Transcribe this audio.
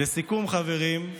לסיכום, חברים,